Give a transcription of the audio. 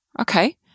Okay